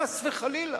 חס וחלילה.